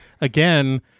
again